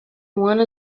one